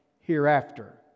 hereafter